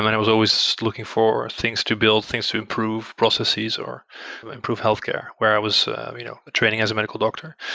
i mean, i was always looking for things to build, things to improve, processes, or improve healthcare, where i was you know the training as a medical doctor.